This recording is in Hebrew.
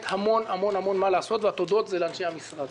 המון-המון מה לעשות והתודות הן לאנשי המשרד.